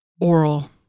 oral